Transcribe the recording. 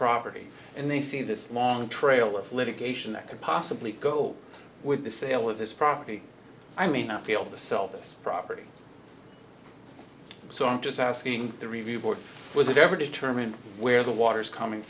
property and they see this long trail of litigation that could possibly go with the sale of this property i may not be able to sell this property so i'm just asking the review board was it ever determined where the water's coming